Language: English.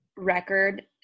record